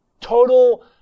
total